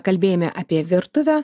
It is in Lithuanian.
kalbėjome apie virtuvę